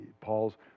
Paul's